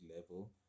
level